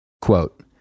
Quote